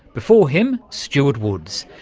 before him, stewart woods.